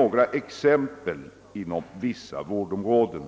några exempel från vissa vårdområden.